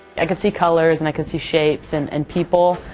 i can see colors and i can see shapes and and people.